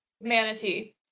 manatee